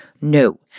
No